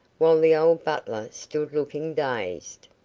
while the old butler stood looking dazed.